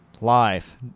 Live